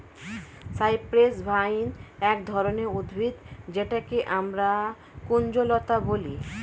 cypress vine এক ধরনের উদ্ভিদ যেটাকে আমরা কুঞ্জলতা বলি